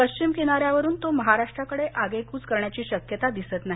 पश्चिम किनाऱ्यावरून तो महाराष्ट्राकडे आगेकूच करण्याची शक्यता दिसत नाही